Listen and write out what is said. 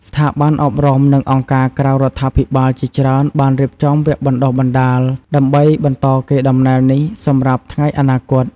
ស្ថាប័នអប់រំ និងអង្គការក្រៅរដ្ឋាភិបាលជាច្រើនបានរៀបចំវគ្គបណ្តុះបណ្តាល ដើម្បីបន្តកេរដំណែលនេះសម្រាប់ថ្ងៃអនាគត។